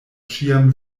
ĉiam